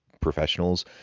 professionals